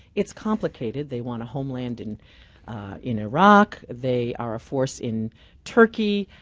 it's complicated. they want a homeland and in iraq. they are a force in turkey.